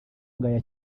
ngaya